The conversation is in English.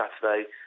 Saturday